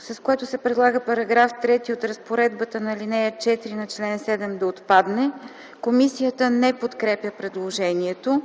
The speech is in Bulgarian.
с което се предлага § 3 от разпоредбата на ал. 4 на чл. 7 да отпадне. Комисията не подкрепя предложението.